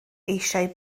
eisiau